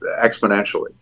exponentially